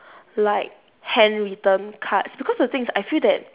like handwritten cards because the thing is I feel that